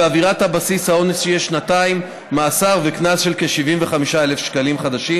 בעבירת הבסיס העונש יהיה שנתיים מאסר וקנס של כ-75,000 שקלים חדשים,